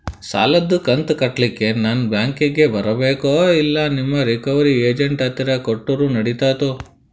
ಸಾಲದು ಕಂತ ಕಟ್ಟಲಿಕ್ಕೆ ನಾನ ಬ್ಯಾಂಕಿಗೆ ಬರಬೇಕೋ, ಇಲ್ಲ ನಿಮ್ಮ ರಿಕವರಿ ಏಜೆಂಟ್ ಹತ್ತಿರ ಕೊಟ್ಟರು ನಡಿತೆತೋ?